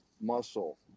muscle